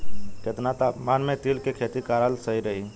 केतना तापमान मे तिल के खेती कराल सही रही?